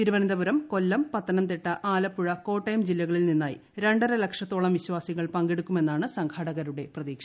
തിരുവനന്തപുരം കൊല്ലം പത്തനംതിട്ട ആലപ്പുഴ കോട്ടയം ജില്ലകളിൽ നിന്നായി രണ്ടരലക്ഷത്തോളം വിശ്വാസികൾ പങ്കെടുക്കുമെന്നാണ് സംഘാടകരുടെ പ്രതീക്ഷ